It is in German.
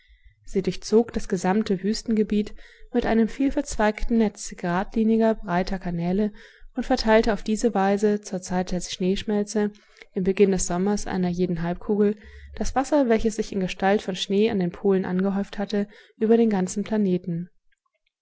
sie durchzog das gesamte wüstengebiet mit einem vielverzweigten netz geradliniger breiter kanäle und verteilte auf diese weise zur zeit der schneeschmelze im beginn des sommers einer jeden halbkugel das wasser welches sich in gestalt von schnee an den polen angehäuft hatte über den ganzen planeten